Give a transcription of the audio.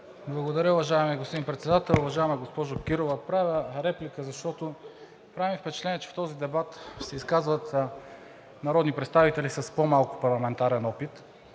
Благодаря, уважаеми господин Председател. Уважаема госпожо Кирова, правя реплика, защото ми прави впечатление, че в този дебат се изказват народни представители с по-малко парламентарен опит